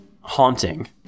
haunting